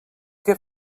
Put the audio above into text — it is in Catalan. què